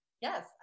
Yes